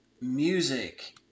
music